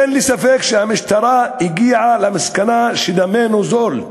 אין לי ספק שהמשטרה הגיעה למסקנה שדמנו זול.